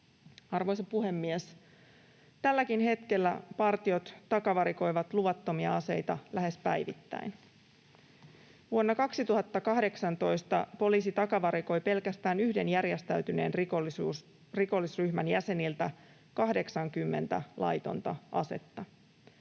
Arvoisa puhemies! Tälläkin hetkellä partiot takavarikoivat luvattomia aseita lähes päivittäin. Vuonna 2018 poliisi takavarikoi pelkästään yhden järjestäytyneen rikollisryhmän jäseniltä 80 laitonta asetta,